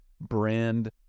brand